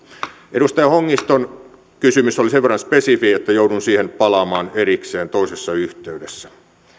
edustaja hongiston kysymys oli sen verran spesifi että joudun siihen palaamaan erikseen toisessa yhteydessä